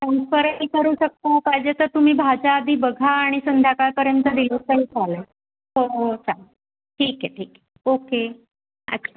ट्रान्सफरही करू शकता पाहिजे तर तुम्ही भाज्या आधी बघा आणि संध्याकाळपर्यंत दिलं तरी चालेल हो हो चालेल ठीक आहे ठीक आहे ओके अच्छा